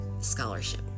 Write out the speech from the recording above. scholarship